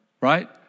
right